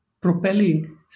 propelling